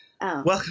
welcome